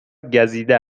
گزیده